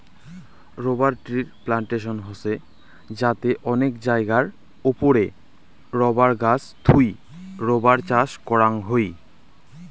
rubber ট্রির plantation হসে যাতে অনেক জায়গার ওপরে রাবার গাছ থুই রাবার চাষ করাং হই